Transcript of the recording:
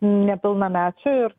nepilnamečių ir